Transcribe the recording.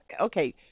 okay